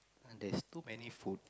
there's too many food